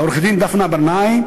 לעורכת-דין דפנה ברנאי,